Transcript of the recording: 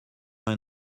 rien